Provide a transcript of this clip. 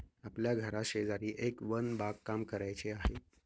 आपल्या घराशेजारी एक वन बागकाम करायचे आहे